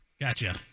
Gotcha